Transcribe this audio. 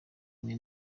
kimwe